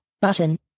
button